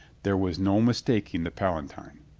there was no mistaking the palatine.